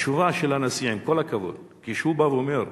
התשובה של הנשיא, עם כל הכבוד, כשהוא בא ואומר: